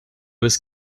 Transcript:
was